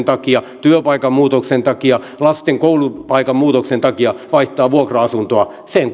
takia työpaikan muutoksen takia lasten koulupaikan muutoksen takia vaihtaa vuokra asuntoa sen